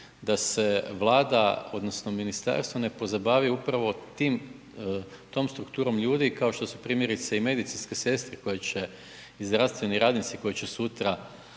da se Vlada odnosno ministarstvo ne pozabavi upravo tim, tom strukturom ljudi kao što su primjerice i medicinske sestre i zdravstveni radnici koji će sutra